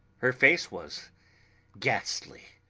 her face was ghastly,